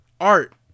Art